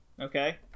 Okay